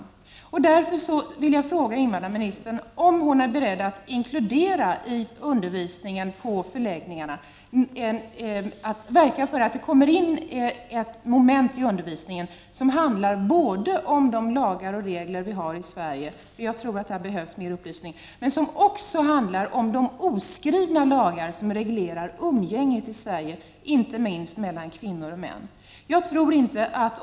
Jag vill därför fråga invandrarministern om hon är beredd att verka för att det i undervisningen för invandrare ute på förläggningar förs in ett moment som handlar om de lagar och regler vi har i Sverige men också om de oskrivna lagar som reglerar umgänget, inte minst mellan kvinnor och män i Sverige.